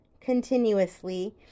continuously